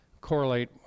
correlate